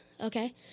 okay